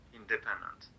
independent